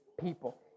people